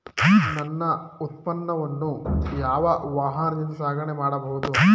ನನ್ನ ಉತ್ಪನ್ನವನ್ನು ಯಾವ ವಾಹನದಿಂದ ಸಾಗಣೆ ಮಾಡಬಹುದು?